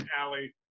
Allie